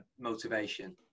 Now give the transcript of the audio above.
motivation